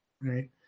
right